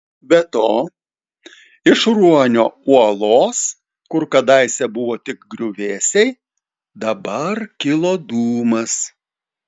be to iš ruonio uolos kur kadaise buvo tik griuvėsiai dabar kilo dūmas